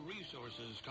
Resources